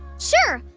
sure,